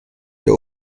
herr